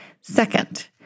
Second